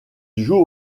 joue